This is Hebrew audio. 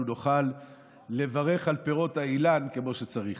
נוכל לברך על פירות האילן כמו שצריך.